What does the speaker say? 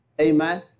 Amen